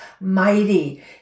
mighty